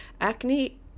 acne